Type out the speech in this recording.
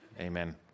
amen